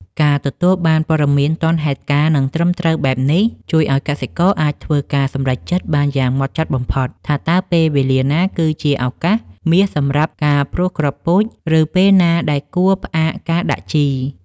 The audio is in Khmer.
ការទទួលបានព័ត៌មានទាន់ហេតុការណ៍ និងត្រឹមត្រូវបែបនេះ ជួយឱ្យកសិករអាចធ្វើការសម្រេចចិត្តបានយ៉ាងហ្មត់ចត់បំផុត ថាតើពេលវេលាណាគឺជាឱកាសមាសសម្រាប់ការព្រួសគ្រាប់ពូជ ឬពេលណាដែលគួរផ្អាកការដាក់ជី។